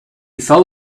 fell